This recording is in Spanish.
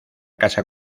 casa